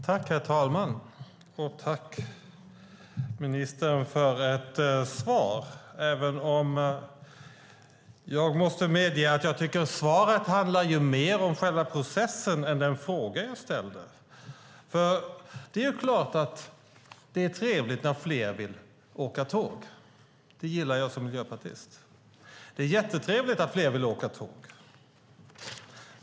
Herr talman! Jag tackar ministern för svaret, även om jag måste medge att jag tycker att svaret mer handlar om själva processen än den fråga jag ställde. Det är klart att det är trevligt när fler vill åka tåg. Det gillar jag som miljöpartist.